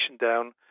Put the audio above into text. down